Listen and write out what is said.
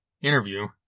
interview